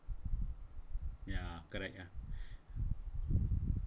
ya correct ya